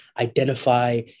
identify